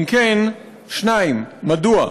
2. אם כן, מדוע?